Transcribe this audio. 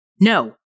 no